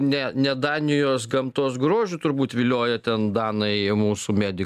ne ne danijos gamtos grožiu turbūt vilioja ten danai mūsų medi